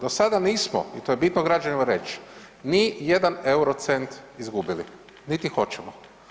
Do sada nismo i to je bitno građanima reći, nijedan euro, cent izgubili niti hoćemo.